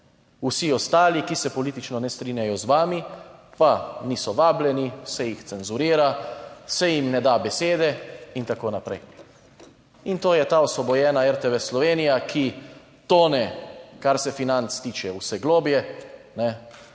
vsi ostali, ki se politično ne strinjajo z vami, pa niso vabljeni, se jih cenzurira, se jim ne da besede in tako naprej. In to je ta osvobojena RTV Slovenija, ki tone, kar se financ tiče vse globlje, kajne,